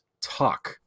talk